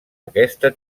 aquesta